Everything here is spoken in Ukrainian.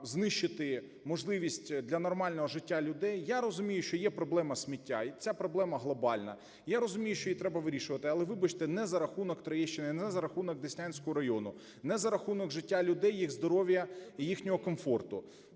знищити можливість для нормального життя людей. Я розумію, що є проблема сміття і ця проблема глобальна. Я розумію, що її треба вирішувати, але, вибачте, не за рахунок Троєщини, не за рахунок Деснянського району, не за рахунок життя людей, їх здоров'я і їхнього комфорту.